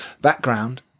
background